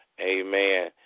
Amen